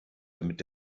damit